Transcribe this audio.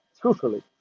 Truthfully